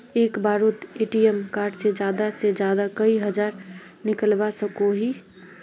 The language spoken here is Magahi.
एक बारोत ए.टी.एम कार्ड से ज्यादा से ज्यादा कई हजार निकलवा सकोहो ही?